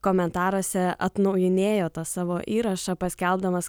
komentaruose atnaujinėjo tą savo įrašą paskelbdamas